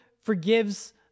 forgives